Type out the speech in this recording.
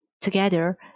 together